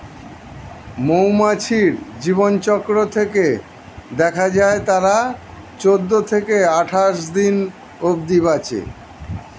মৌমাছির জীবনচক্র থেকে দেখা যায় তারা চৌদ্দ থেকে আটাশ দিন অব্ধি বাঁচে